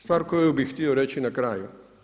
Stvar koju bi htio reći na kraju.